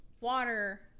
water